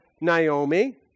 Naomi